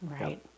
Right